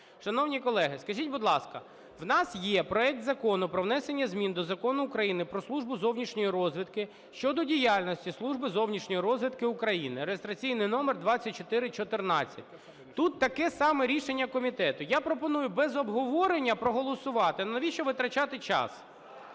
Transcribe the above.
Шановні колеги, скажіть, будь ласка, у нас є проект Закону про внесення змін до Закону України "Про Службу зовнішньої розвідки" щодо діяльності Служби зовнішньої розвідки України (реєстраційний номер 2414). Тут таке саме рішення комітету. Я пропоную без обговорення проголосувати, навіщо витрачати час?